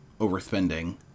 overspending